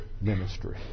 ministry